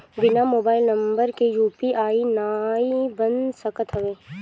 बिना mobile number के UPI नाइ बन सकत हवे